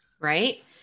right